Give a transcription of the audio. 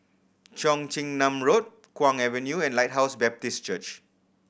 Cheong Chin Nam Road Kwong Avenue and Lighthouse Baptist Church